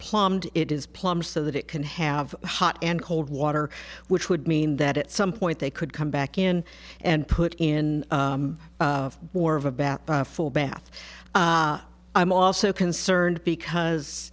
plumbed it is plum so that it can have hot and cold water which would mean that at some point they could come back in and put in more of a bath full bath i'm also concerned because